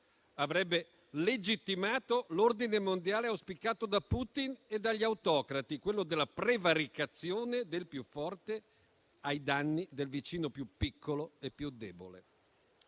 avrebbe legittimato l'ordine mondiale auspicato da Putin e dagli autocrati, quello della prevaricazione del più forte ai danni del vicino più piccolo e più debole.